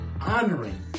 honoring